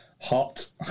hot